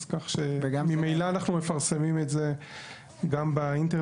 אז כך שממילא אנחנו מפרסמים את זה גם באינטרנט.